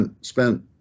spent